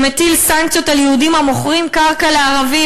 שמטיל סנקציות על יהודים המוכרים קרקע לערבים,